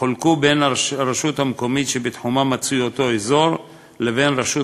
יחולקו בין הרשות המקומית שבתחומה מצוי אותו אזור לבין רשות